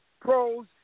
pros